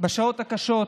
בשעות הקשות.